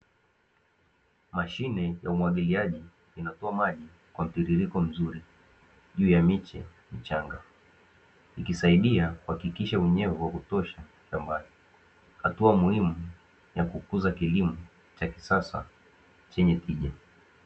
Mashine ya umwagiliaji inatoa maji kwa mtiririko mzuri juu ya miche michanga, ikisaidia kuhakikisha unyevu wa kutosha shambani. Hatua muhimu ya kukuza kilimo cha kisasa chenye tija.